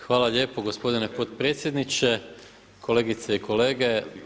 Hvala lijepo gospodine potpredsjedniče, kolegice i kolege.